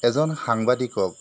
এজন সাংবাদিকক